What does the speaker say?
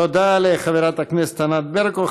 תודה לחברת הכנסת ענת ברקו.